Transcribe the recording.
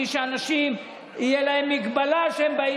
כי תהיה להם מגבלה של אנשים שיבואו